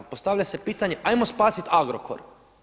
Postavlja se pitanje hajmo spasit Agrokor.